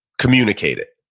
communicate it,